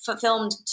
filmed